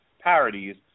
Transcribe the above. parodies